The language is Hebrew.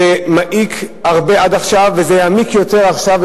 זה העיק מאוד עד עכשיו וזה יעמיק יותר עכשיו,